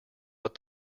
but